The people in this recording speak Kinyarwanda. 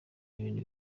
ibintu